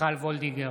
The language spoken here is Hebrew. מיכל וולדיגר,